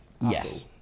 Yes